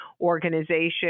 organization